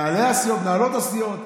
מנהלי הסיעות,